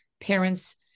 parents